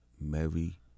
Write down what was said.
Mary